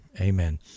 amen